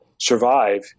survive